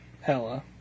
Hella